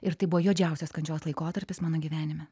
ir tai buvo juodžiausios kančios laikotarpis mano gyvenime